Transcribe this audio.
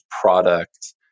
product